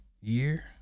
year